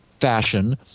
fashion